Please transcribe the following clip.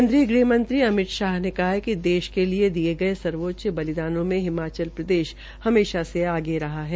केन्द्रीय गृहमंत्री अमित शाह ने कहा है कि देश के लिए दिये गये सर्वोच्च बलिदानों में हिमाचल प्रदेश हमेशा आगे रहा है